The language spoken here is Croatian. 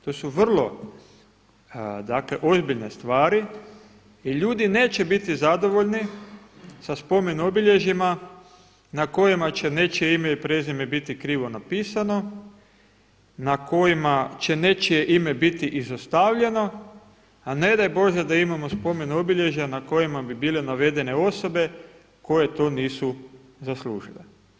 To su vrlo dakle ozbiljne stvari i ljudi neće biti zadovoljni sa spomen-obilježjima na kojima će nečije ime i prezime biti krivo napisano, na kojima će nečije ime biti izostavljeno, a ne daj bože da imamo spomen-obilježja na kojima bi bile navedene osobe koje to nisu zaslužile.